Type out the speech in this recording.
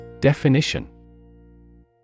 Definition